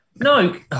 No